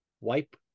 wipe